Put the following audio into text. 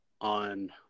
on